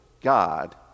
God